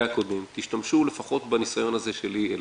תשתמשו לפחות בניסיון הזה שלי אליכם.